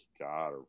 God